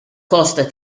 costa